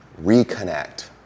reconnect